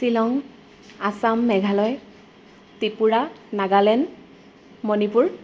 Shillong Assam Meghalaya Tripura Nagaland Manipur